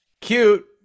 Cute